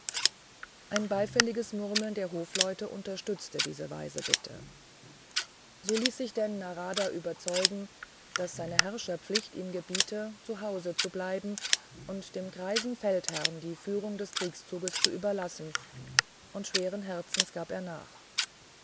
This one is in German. ein beifälliges murmeln der hofleute unterstützte diese weise bitte so ließ sich denn narada überzeugen daß seine herrscherpflicht ihm gebiete zu hause zu bleiben und dem greisen feldherrn die führung des kriegszuges zu überlassen und schweren herzens gab er nach